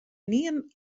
ynienen